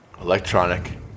electronic